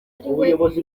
ariwe